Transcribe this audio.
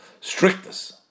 strictness